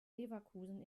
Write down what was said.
leverkusen